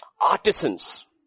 Artisans